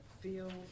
feel